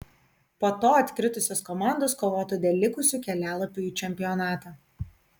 po to atkritusios komandos kovotų dėl likusių kelialapių į čempionatą